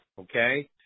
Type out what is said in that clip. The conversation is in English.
okay